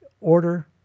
order